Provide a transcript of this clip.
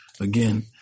Again